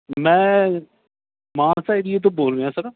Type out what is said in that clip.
ਮੈਂ ਮਾਨਸਾ ਏਰੀਏ ਤੋਂ ਬੋਲ ਰਿਹਾ ਸਰ